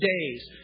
days